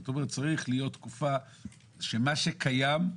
צריכה להיות תקופה שמה שקיים,